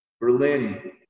Berlin